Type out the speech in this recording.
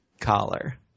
collar